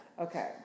Okay